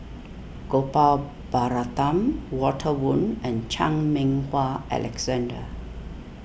Gopal Baratham Walter Woon and Chan Meng Wah Alexander